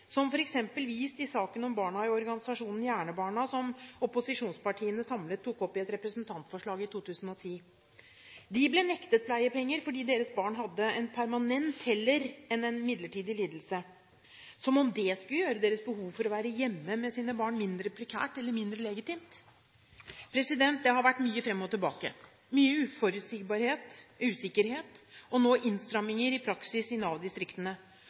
som uforståelig og uhensiktsmessig, som f.eks. vist i saken om barna i organisasjonen Hjernebarna Norge, som opposisjonspartiene samlet tok opp i et representantforslag i 2010. Foreldrene ble nektet pleiepenger fordi deres barn hadde en permanent – heller enn en midlertidig – lidelse, som om det skulle gjøre deres behov for å være hjemme med sine barn mindre prekært, eller mindre legitimt. Det har vært mye fram og tilbake, mye uforutsigbarhet og usikkerhet, og nå innstramminger i praksis i